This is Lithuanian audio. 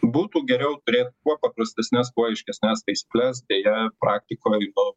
būtų geriau turėt kuo paprastesnes kuo aiškesnes taisykles deja praktikoj nu